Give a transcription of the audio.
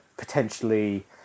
potentially